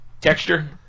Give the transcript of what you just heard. Texture